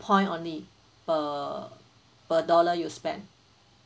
point only per per dollar you spend